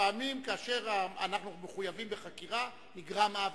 לפעמים, כאשר אנחנו מחויבים בחקירה, נגרם עוול.